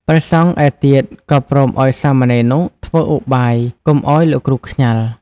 ព្រះសង្ឃឯទៀតក៏ព្រមឲ្យសាមណេរនោះធ្វើឧបាយកុំឲ្យលោកគ្រូខ្ញាល់។